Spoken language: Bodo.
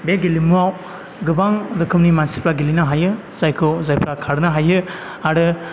बे गेलेमुवाव गोबां रोखोमनि मानसिफ्रा गेलेनो हायो जायखौ जायफ्रा खारनो हायो आरो